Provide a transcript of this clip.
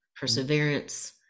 perseverance